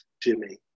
Jimmy